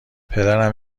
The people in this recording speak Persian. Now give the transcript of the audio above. پدرم